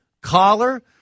Collar